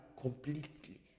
completely